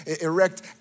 erect